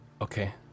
Okay